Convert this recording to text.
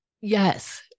Yes